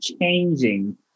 changing